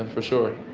and for sure.